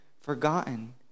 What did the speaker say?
forgotten